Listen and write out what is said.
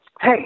hey